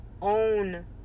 own